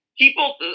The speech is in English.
people